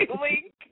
link